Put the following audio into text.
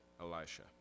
Elisha